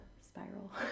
spiral